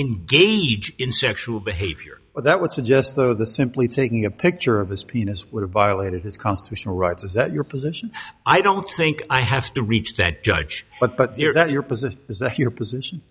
in game in sexual behavior that would suggest though the simply taking a picture of his penis would have violated his constitutional rights is that your position i don't think i have to reach that judge but that your position